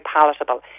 palatable